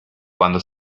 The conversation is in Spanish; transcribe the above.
cuando